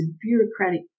bureaucratic